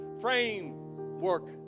framework